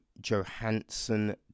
Johansson